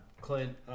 Clint